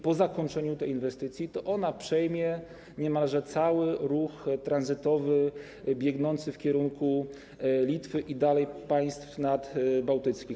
Po zakończeniu tej inwestycji to ona przejmie niemalże cały ruch tranzytowy biegnący w kierunku Litwy i dalej, do państw nadbałtyckich.